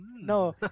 No